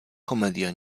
komedia